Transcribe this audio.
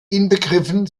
inbegriffen